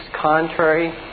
contrary